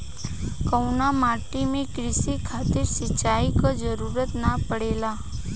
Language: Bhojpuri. कउना माटी में क़ृषि खातिर सिंचाई क जरूरत ना पड़ेला?